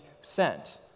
sent